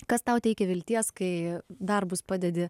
kas tau teikia vilties kai darbus padedi